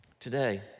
Today